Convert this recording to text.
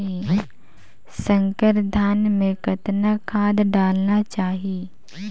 संकर धान मे कतना खाद डालना चाही?